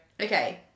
Okay